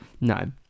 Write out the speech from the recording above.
No